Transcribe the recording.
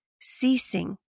ceasing